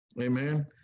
amen